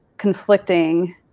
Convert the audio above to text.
conflicting